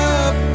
up